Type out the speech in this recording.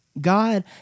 God